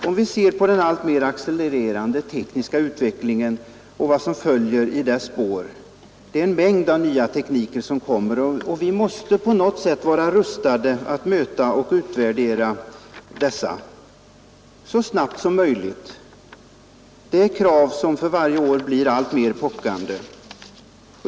Om vi ser på den alltmer accelererande tekniska utvecklingen och vad som följer i dennas spår, finner vi att en mängd nya tekniker kommer, och vi måste på något sätt stå rustade att möta och utvärdera dessa så snabbt som möjligt. Det är krav som för varje år blir alltmer pockande.